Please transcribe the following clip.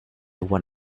won